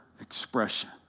expression